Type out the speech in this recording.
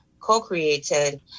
co-created